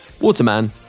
Waterman